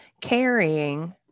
carrying